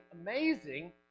amazing